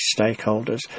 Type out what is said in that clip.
stakeholders